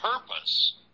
purpose